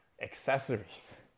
accessories